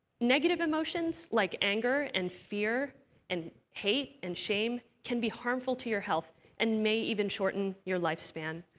negative emotions, like anger and fear and hate and shame, can be harmful to your health and may even shorten your lifespan.